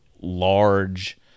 large